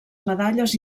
medalles